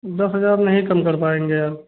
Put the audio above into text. दस हजार नही कम कर पाएंगे हम